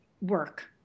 work